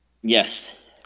Yes